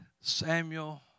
Samuel